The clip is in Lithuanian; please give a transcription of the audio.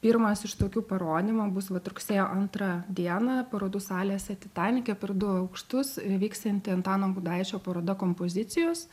pirmas iš tokių parodymų bus vat rugsėjo antrą dieną parodų salėse titanike per du aukštus vyksianti antano gudaičio paroda kompozicijos